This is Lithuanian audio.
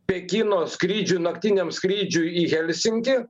pekino skrydžiui naktiniam skrydžiui į helsinkį